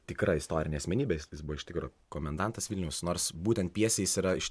tikra istorinė asmenybė jis jis buvo iš tikro komendantas vilniaus nors būtent pjesėj jis yra iš